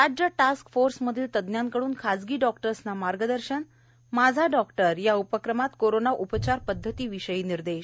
राज्य टास्क फोर्समधील तज्ज्ञांकडून खासगी डॉक्टर्सना मार्गदर्शनमाझा डॉक्टर उपक्रमात कोरोना उपचार पदधतीविषयी निर्देश